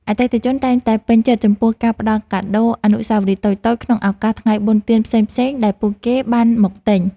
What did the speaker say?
អតិថិជនតែងតែពេញចិត្តចំពោះការផ្តល់កាដូអនុស្សាវរីយ៍តូចៗក្នុងឱកាសថ្ងៃបុណ្យទានផ្សេងៗដែលពួកគេបានមកទិញ។